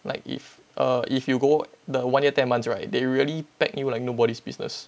like if err if you go the one year ten months right they really pack you like nobody's business